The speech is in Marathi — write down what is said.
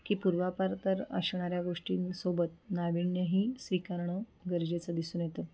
की पूर्वापार तर असणाऱ्या गोष्टींसोबत नाविन्यही स्वीकारणं गरजेचं दिसून येतं